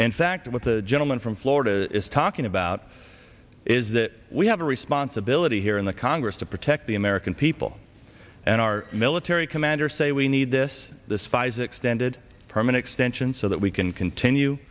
and fact what the gentleman from florida is talking about is that we have a responsibility here in the congress to protect the american people and our military commanders say we need this this phase extended permanent extension so that we can continue